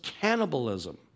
cannibalism